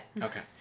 Okay